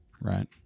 right